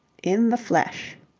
in the flesh.